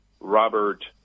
Robert